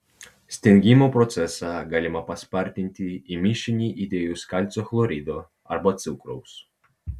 stingimo procesą galima paspartinti į mišinį įdėjus kalcio chlorido arba cukraus